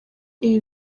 ibi